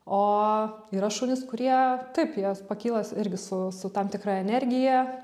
o yra šunys kurie taip jie pakyla irgi su su tam tikra energija